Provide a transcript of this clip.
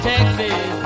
Texas